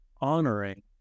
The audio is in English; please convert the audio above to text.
honoring